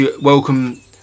welcome